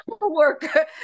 worker